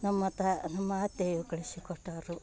ನಮ್ಮ ತಾ ನಮ್ಮ ಅತ್ತೆಯು ಕಲ್ಸಿಕೊಟ್ಟರು